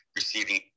receiving